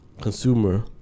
consumer